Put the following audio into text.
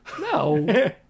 No